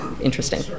interesting